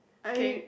I